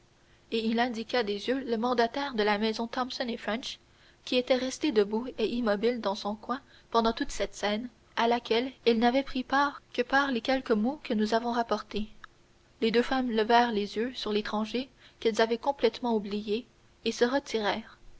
et il indiqua des yeux le mandataire de la maison thomson et french qui était resté debout et immobile dans son coin pendant toute cette scène à laquelle il n'avait pris part que par les quelques mots que nous avons rapportés les deux femmes levèrent les yeux sur l'étranger qu'elles avaient complètement oublié et se retirèrent